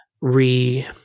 re